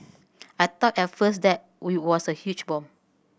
I thought at first that was a huge bomb